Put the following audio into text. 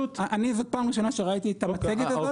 זאת פעם ראשונה שראיתי את המצגת הזאת.